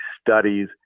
studies